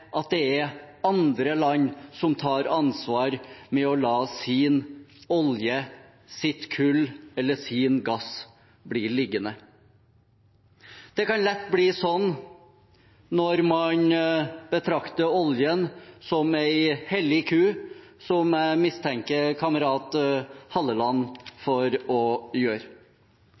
andre land tar ansvar ved å la sin olje, sitt kull eller sin gass bli liggende? Det kan lett bli slik når man betrakter oljen som en hellig ku, noe jeg mistenker kamerat Halleland for å gjøre.